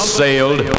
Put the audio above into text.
sailed